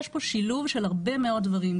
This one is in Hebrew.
יש פה שילוב של הרבה מאוד דברים,